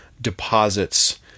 deposits